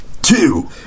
Two